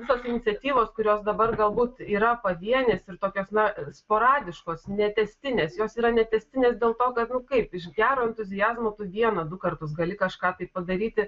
visos iniciatyvos kurios dabar galbūt yra pavienės ir tokios na sporadiškos netęstinės jos yra netęstinės dėl to kad kaip iš gero entuziazmo tu vieną du kartus gali kažką tai padaryti